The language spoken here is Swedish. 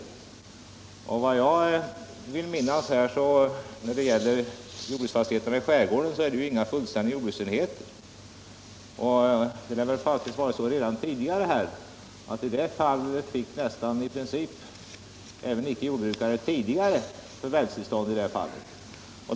Enligt vad jag vill minnas utgör jordbruksfastigheterna i skärgården inte fullständiga jordbruksenheter. Det var väl också redan tidigare så att även icke jordbrukare fick förvärvstillstånd i sådana fall.